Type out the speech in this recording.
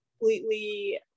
completely